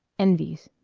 envies.